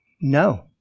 No